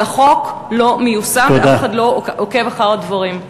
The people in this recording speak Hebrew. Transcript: אבל החוק לא מיושם ואף אחד לא עוקב אחר הדברים.